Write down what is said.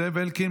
זאב אלקין,